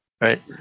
Right